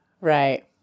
Right